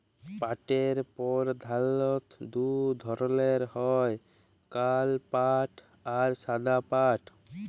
পাটের পরধালত দু ধরলের হ্যয় কাল পাট আর সাদা পাট